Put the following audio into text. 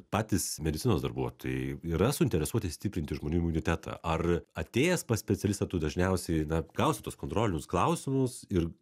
patys medicinos darbuotojai yra suinteresuoti stiprinti žmonių imunitetą ar atėjęs pas specialistą tu dažniausiai na gausi tuos kontrolinius klausimus ir